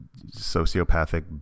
sociopathic